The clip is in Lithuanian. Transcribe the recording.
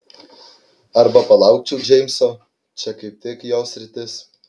arba palaukčiau džeimso čia kaip tik jo sritis